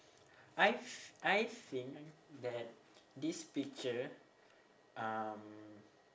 I I think that this picture um